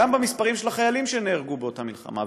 גם במספרים של החיילים שנהרגו באותה מלחמה.